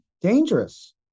dangerous